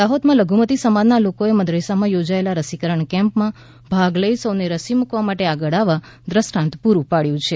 દાહોદમાં લધુમતી સમાજના લોકો એ મદરેસસામાં યોજાયેલા રસીકરણ કેમ્પમાં ભાગ લઈ સૌને રસી મૂકવવા માટે આગળ આવવા દ્રષ્ટરાંત પૂરું પડ્યું છે